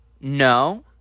no